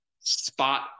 spot